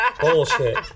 Bullshit